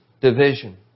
division